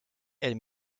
elle